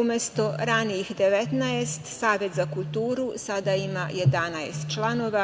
Umesto ranijih 19, Savet za kulturu sada ima 11 članova